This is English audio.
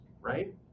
right